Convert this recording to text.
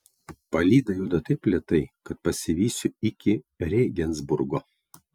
palyda juda taip lėtai kad pasivysiu iki rėgensburgo